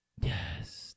Yes